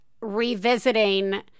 revisiting